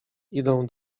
idą